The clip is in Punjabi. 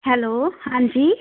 ਹੈਲੋ ਹਾਂਜੀ